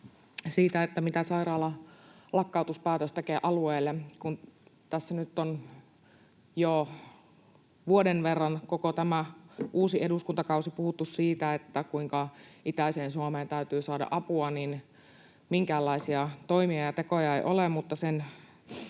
mitä sairaalan lakkautuspäätös tekee alueelle. Kun tässä nyt on jo vuoden verran, koko tämä uusi eduskuntakausi, puhuttu siitä, kuinka itäiseen Suomeen täytyy saada apua, niin minkäänlaisia toimia ja tekoja ei ole,